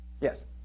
Yes